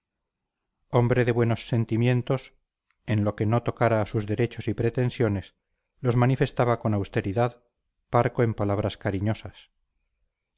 hombre de buenos sentimientos en lo que no tocara a sus derechos y pretensiones los manifestaba con austeridad parco en palabras cariñosas